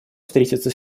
встретиться